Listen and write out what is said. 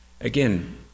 Again